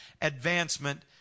advancement